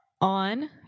on